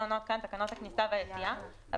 אין להם מקום ללמוד כאן ומעמיסים עליהם בכל הקריטריונים,